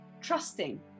trusting